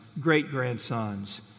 great-grandsons